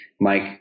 Mike